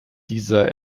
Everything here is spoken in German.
dieser